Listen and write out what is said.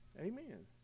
Amen